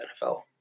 NFL